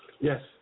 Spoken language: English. Yes